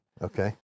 Okay